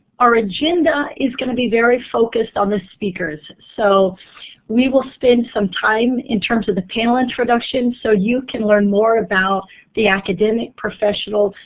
our agenda is going to be very focused on the speakers, so we will spend some time in terms of the panel introduction so you can learn more about the academic, professional,